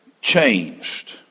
changed